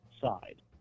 side